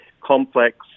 complex